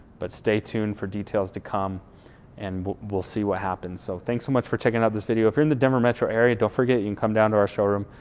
but stay tuned for details to come and we'll we'll see what happens. so thanks so much for checking out this video. if you're in the denver metro area, don't forget you can come down to our showroom,